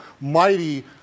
mighty